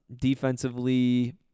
Defensively